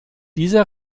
dieser